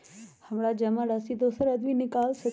हमरा जमा राशि दोसर आदमी निकाल सकील?